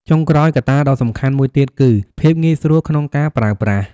ចុងក្រោយ កត្តាដ៏សំខាន់មួយទៀតគឺ ភាពងាយស្រួលក្នុងការប្រើប្រាស់។